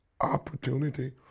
opportunity